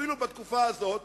אפילו בתקופה הזאת,